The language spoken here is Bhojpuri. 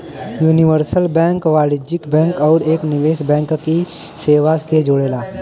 यूनिवर्सल बैंक वाणिज्यिक बैंक आउर एक निवेश बैंक की सेवा के जोड़ला